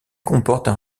comportent